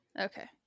Okay